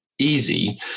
easy